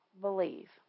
believe